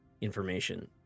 information